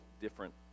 different